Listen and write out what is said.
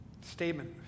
statement